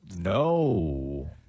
No